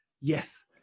yes